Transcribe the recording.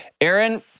Aaron